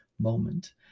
moment